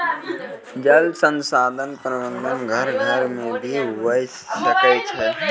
जल संसाधन प्रबंधन घर घर मे भी हुवै सकै छै